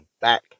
back